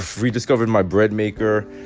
rediscovering my bread maker.